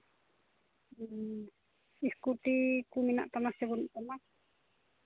ᱦᱮᱸ ᱥᱠᱩᱴᱤ ᱠᱚ ᱢᱮᱱᱟᱜ ᱛᱟᱢᱟ ᱥᱮ ᱵᱟᱹᱱᱩᱜ ᱛᱟᱢᱟ